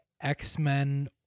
X-Men